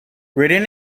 written